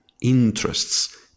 interests